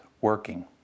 working